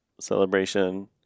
celebration